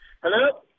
Hello